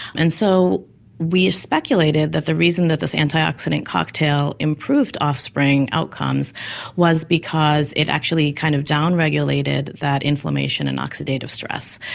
and so we speculated that the reason that this antioxidant cocktail improved offspring outcomes was because it actually kind of down-regulated that inflammation and oxidative stress,